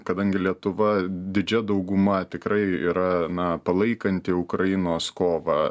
kadangi lietuva didžia dauguma tikrai yra na palaikanti ukrainos kovą